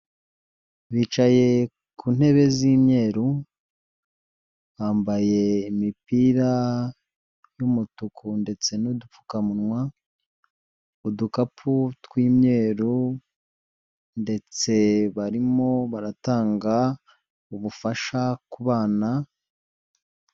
Bicaye ku ntebe z'imyeru bambaye imipira y'umutuku ndetse n'udupfukamunwa ,udukapu tw'imyeru ndetse barimo baratanga ubufasha kubana.